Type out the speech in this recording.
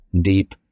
deep